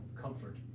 comfort